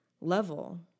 level